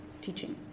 teaching